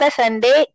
sunday